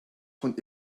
von